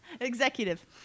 executive